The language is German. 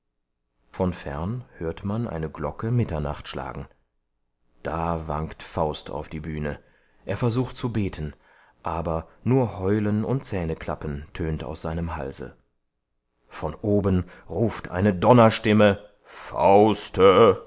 von fern hört man eine glocke mitternacht schlagen da wankt faust auf die bühne er versucht zu beten aber nur heulen und zähneklappen tönt aus seinem halse von oben ruft eine donnerstimme fauste